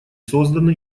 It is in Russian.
созданы